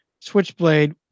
Switchblade